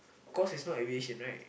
course is not aviation right